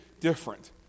different